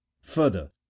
further